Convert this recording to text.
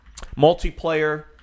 Multiplayer